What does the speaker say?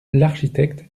l’architecte